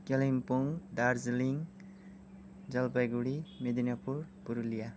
Kalimpong Darjeeling Jalpaiguri Medinipur Purulia